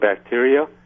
bacteria